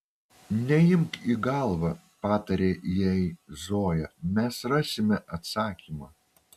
neimk į galvą patarė jai zoja mes rasime atsakymą